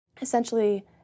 Essentially